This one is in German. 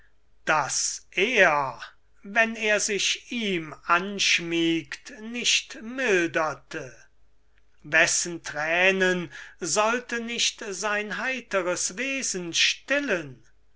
das er wenn er sich ihm anschmiegt nicht milderte wessen thränen sollte nicht sein heiteres wesen stillen